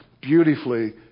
beautifully